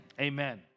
amen